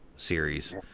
series